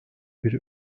bir